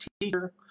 teacher